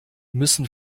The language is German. müssen